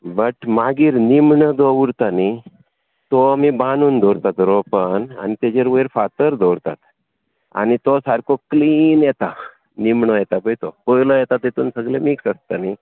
but मागीर निमणो जो उरता न्हय तो आमी बांदून दवरतात रोपान आनी ताजेर वयर फातर दवरतात आनी तो सारको क्लीन येता निमणो येता पळय तो पयलो येता तातून सगलें मिक्स आसता न्हय